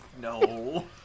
No